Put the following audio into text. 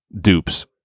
dupes